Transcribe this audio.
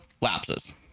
Lapses